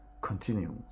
continues